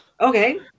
Okay